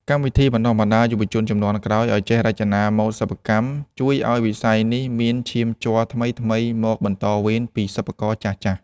កម្មវិធីបណ្ដុះបណ្ដាលយុវជនជំនាន់ក្រោយឱ្យចេះរចនាម៉ូដសិប្បកម្ម ជួយឱ្យវិស័យនេះមានឈាមជ័រថ្មីៗមកបន្តវេនពីសិប្បករចាស់ៗ។